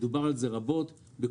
יש